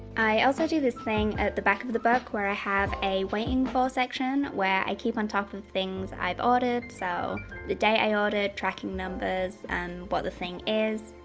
i also do this thing at the back of of the book where i have a waiting for. section where i keep on top of things i've ordered. so the day i ordered, tracking numbers and what the thing is.